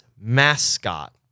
mascot